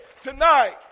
Tonight